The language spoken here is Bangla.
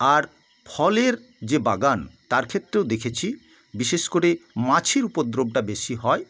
আর ফলের যে বাগান তার ক্ষেত্রেও দেখেছি বিশেষ করে মাছির উপদ্রবটা বেশি হয়